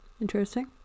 Interesting